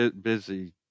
busy